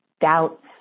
doubts